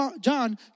John